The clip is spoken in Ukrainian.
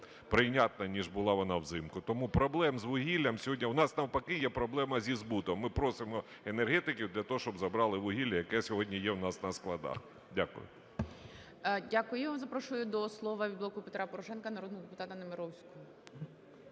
прийнятна ніж була вона взимку. Тому проблем з вугіллям сьогодні… У нас навпаки є проблема зі збутом, ми просимо енергетиків для того, щоб забрали вугілля, яке сьогодні є у нас на складах. Дякую. ГОЛОВУЮЧИЙ. Дякую. Запрошую до слова від "Блоку Петра Порошенка" народного депутата Немировського.